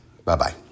Bye-bye